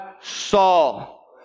Saul